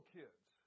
kids